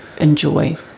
enjoy